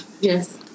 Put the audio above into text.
Yes